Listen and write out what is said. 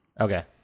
Okay